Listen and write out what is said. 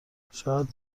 شاید